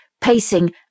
pacing